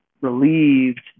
relieved